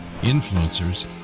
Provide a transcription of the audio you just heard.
influencers